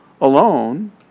alone